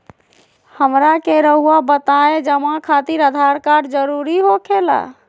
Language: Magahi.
हमरा के रहुआ बताएं जमा खातिर आधार कार्ड जरूरी हो खेला?